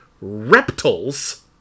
reptiles